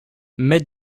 mais